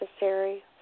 necessary